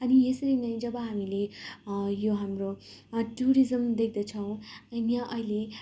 अनि यसरी नै जब हामीले यो हाम्रो टुरिज्म देख्दछौँ अनि यहाँ अहिले